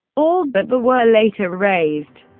all, but the were later raised,